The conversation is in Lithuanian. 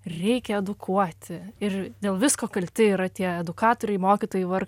reikia edukuoti ir dėl visko kalti yra tie edukatoriai mokytojai vargš